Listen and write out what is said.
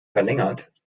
verlängert